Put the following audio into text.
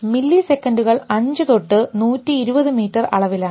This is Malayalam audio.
മില്ലി സെക്കൻഡുകൾ 5 തൊട്ട് 120 മീറ്റർ അളവിലാണ്